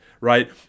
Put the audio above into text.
right